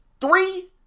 three